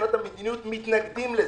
מבחינת המדיניות אנחנו מתנגדים לזה.